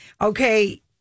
Okay